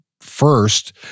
first